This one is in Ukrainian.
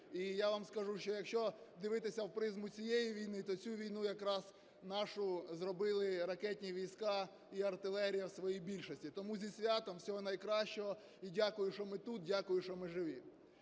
і я вам скажу, що якщо дивитися в призму цієї війни, то цю війну якраз нашу зробили ракетні війська і артилерія в своїй більшості. Тому зі святом! Всього найкращого! І дякую, що ми тут, дякую, що ми живі.